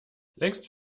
längst